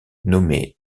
nommées